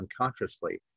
unconsciously